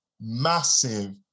massive